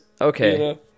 Okay